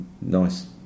nice